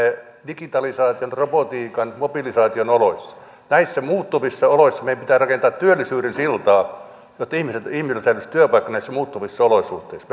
digitalisaation robotiikan mobilisaation oloissa näissä muuttuvissa oloissa meidän pitää rakentaa työllisyyden siltaa jotta ihmisillä säilyisi työpaikka näissä muuttuvissa olosuhteissa